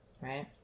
Right